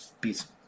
Peace